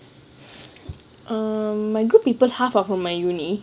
my group people half are from my uni